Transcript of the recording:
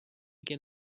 get